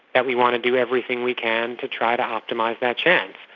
that we want to do everything we can to try to optimise that chance.